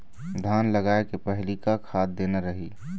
धान लगाय के पहली का खाद देना रही?